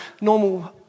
normal